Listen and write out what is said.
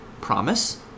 promise